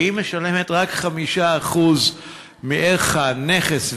והיא משלמת רק 5% מערך הנכס,